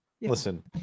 listen